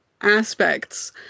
aspects